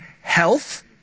health